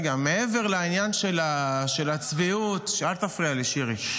מעבר לעניין של הצביעות, אל תפריע לי, שירי.